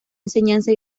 enseñanza